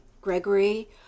Gregory